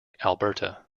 alberta